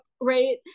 right